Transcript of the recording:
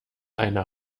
einer